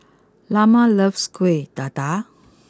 Lamar loves Kuih Dadar